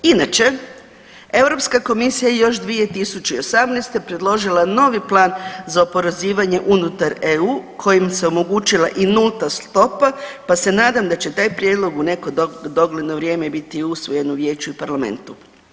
Inače, Europska komisija je još 2018. predložila novi plan za oporezivanje unutar EU kojim se omogućila i nulta stopa pa se nadam da će taj prijedlog u neko dogledno vrijeme i biti usvojen u vijeću i parlamentu.